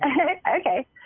Okay